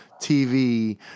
TV